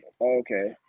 okay